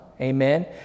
amen